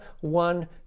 one